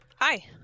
Hi